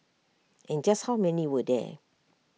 and just how many were there